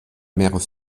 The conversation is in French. mère